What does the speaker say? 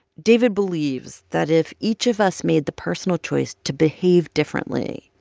david believes that if each of us made the personal choice to behave differently,